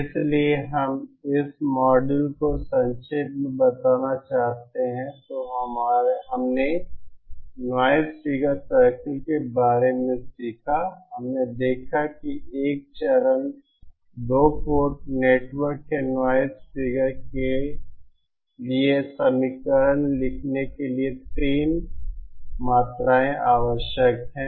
इसलिए अगर हम इस मॉड्यूल को संक्षेप में बताना चाहते हैं तो हमने नॉइज़ फिगर सर्कल के बारे में सीखा हमने देखा कि एक चरण 2 पोर्ट नेटवर्क के नॉइज़ फिगर के लिए समीकरण लिखने के लिए 3 मात्राएँ आवश्यक हैं